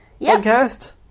Podcast